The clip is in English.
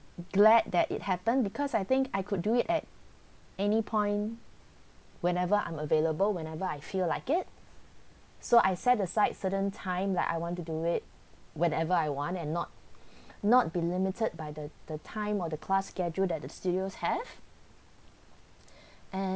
glad that it happen because I think I could do it at any point whenever I'm available whenever I feel like it so I set aside certain time like I want to do it whenever I want and not not be limited by the the time or the class schedule that the studios have and